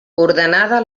ordenada